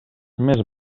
més